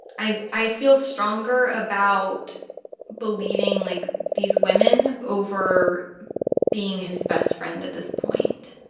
i i feel stronger about believing, like, these women over being his best friend at this point.